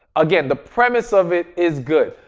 again, the premise of it is good.